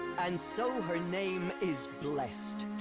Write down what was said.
and so her name is blessed.